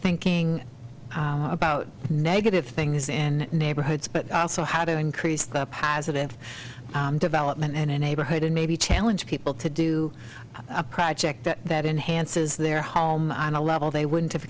thinking about negative things in neighborhoods but also how to increase the positive development in a neighborhood and maybe challenge people to do a project that enhances their home on a level they wouldn't have